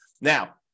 now